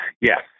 Yes